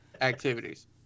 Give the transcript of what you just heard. activities